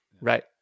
Right